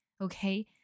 okay